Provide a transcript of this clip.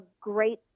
great